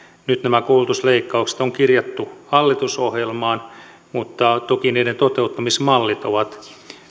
nyt nämä koulutusleikkaukset on kirjattu hallitusohjelmaan mutta toki niiden toteuttamismallit ovat